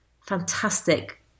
fantastic